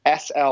SL